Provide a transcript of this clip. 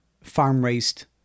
farm-raised